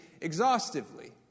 exhaustively